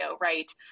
right